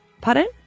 Pardon